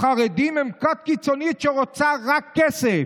החרדים הם כת קיצונית שרוצה רק כסף.